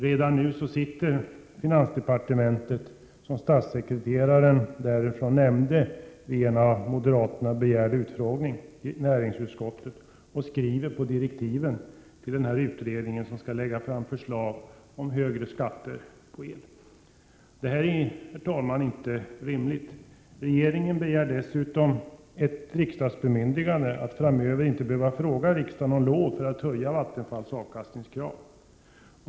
Redan nu sitter man i finansdepartementet, som statssekreteraren därstädes nämnde vid en av moderaterna begärd utfrågning i näringsutskottet, och skriver på direktiven till den utredning som skall lägga fram förslag om högre skatter på el. Herr talman! Detta är inte rimligt. Regeringen begär dessutom ett riksdagsbemyndigande att framöver inte behöva fråga riksdagen om lov för att höja Vattenfalls avkastningskrav.